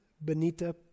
Benita